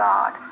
God